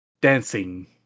dancing